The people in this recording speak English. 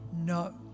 no